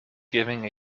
giving